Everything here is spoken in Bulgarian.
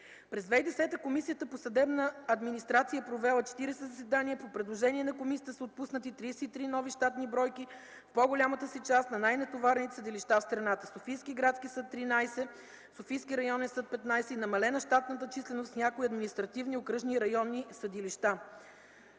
През 2010 г. Комисията по съдебна администрация е провела 40 заседания. По предложение на Комисията са отпуснати 33 нови щатни бройки в по-голямата си част за най–натоварените съдилища в страната – Софийски градски съд – 13 щатни бройки, Софийски районен съд – 15 щатни бройки, и намалена щатната численост в някои административни, окръжни и районни съдилища.